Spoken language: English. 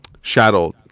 shadow